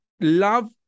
love